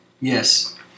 Yes